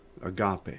Agape